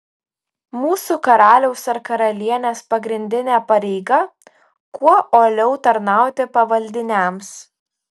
mūsų karaliaus ar karalienės pagrindinė pareiga kuo uoliau tarnauti pavaldiniams